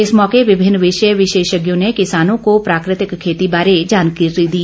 इस मौके विभिन्न विषय विशेषज्ञों ने किसानों को प्राकृतिक खेती बारे जानकारी दी